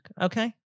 okay